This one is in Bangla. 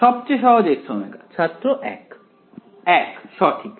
সবচেয়ে সহজ Xω ছাত্র 1 1 সঠিক